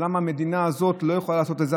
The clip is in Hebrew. אז למה המדינה הזאת לא יכולה לעשות את זה?